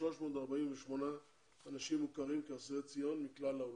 3,348 אנשים מוכרים כאסירי ציון מכלל העולם,